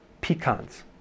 pecans